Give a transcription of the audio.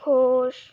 Ghosh